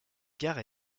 gare